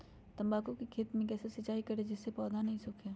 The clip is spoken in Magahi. तम्बाकू के खेत मे कैसे सिंचाई करें जिस से पौधा नहीं सूखे?